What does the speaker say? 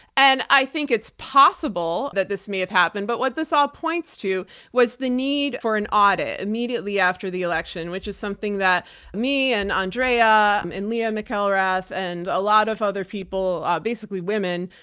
and i think it's possible that this may have happened, but what this all points to was the need for an audit, immediately after the election, which is something that me and andrea um and leah mcelrathand a lot of other people, basically women,